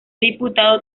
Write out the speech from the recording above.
diputado